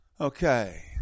Okay